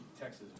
Texas